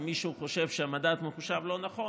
אם מישהו חושב שהמדד מחושב לא נכון,